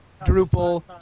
Drupal